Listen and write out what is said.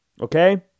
Okay